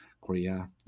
Korea